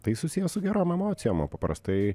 tai susiję su gerom emocijom o paprastai